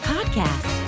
Podcast